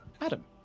adam